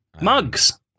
Mugs